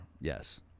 Yes